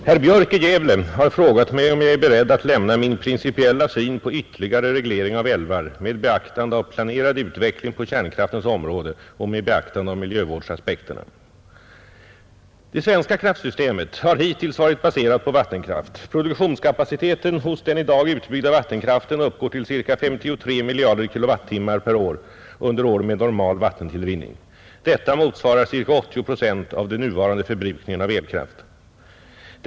Fru talman! Herr Björk i Gävle har frågat mig om jag är beredd att lämna min principiella syn på ytterligare reglering av älvar med beaktande av planerad utveckling på kärnkraftens område och med beaktande av miljövårdsaspekterna. Det svenska kraftsystemet har hittills varit baserat på vattenkraft. Produktionskapaciteten hos den i dag utbyggda vattenkraften uppgår till ca 53 miljarder kilowattimmar per år under år med normal vattentillrinning. Detta motsvarar ca 80 procent av den nuvarande förbrukningen av elkraft.